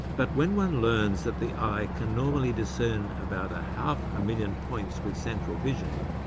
but when one learns that the eye can normally discern about ah half a million points with central vision,